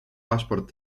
paszport